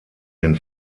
den